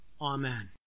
Amen